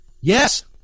Yes